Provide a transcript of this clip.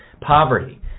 poverty